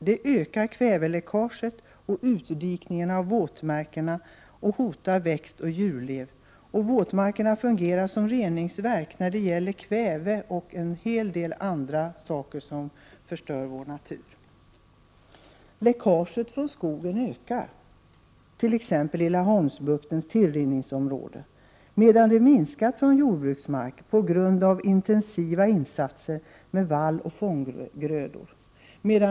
Det ökar kväveläckaget och utdikningen av våtmarkerna och hotar växtoch djurliv. Våtmarkerna fungerar som reningsverk när det gäller kväve och en hel del andra ämnen som förstör vår natur. Läckaget från skogen ökar t.ex. i Laholmsbuktens tillrinningsområde medan det minskar från jordbruksmark till följd av intensiva insatser med vall och fånggrödor.